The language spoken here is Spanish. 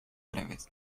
breves